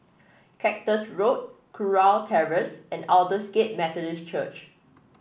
Cactus Road Kurau Terrace and Aldersgate Methodist Church